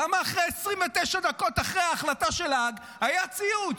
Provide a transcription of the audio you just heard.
למה 29 דקות אחרי ההחלטה של האג היה ציוץ?